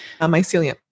mycelium